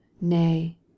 Nay